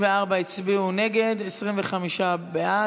לא עובד.